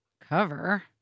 cover